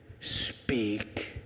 speak